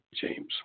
James